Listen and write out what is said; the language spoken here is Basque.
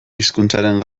hizkuntzaren